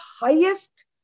highest